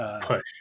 push